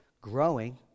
Growing